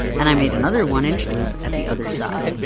and um made another one inch loop at the other side.